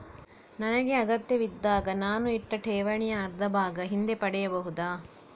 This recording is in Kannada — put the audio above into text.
ನನಗೆ ಅಗತ್ಯವಿದ್ದಾಗ ನಾನು ಇಟ್ಟ ಠೇವಣಿಯ ಅರ್ಧಭಾಗ ಹಿಂದೆ ಪಡೆಯಬಹುದಾ?